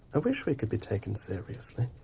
i wish we could be taken seriously,